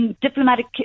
diplomatic